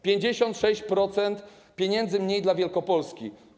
56% pieniędzy mniej dla Wielkopolski.